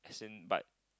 then but